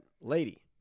lady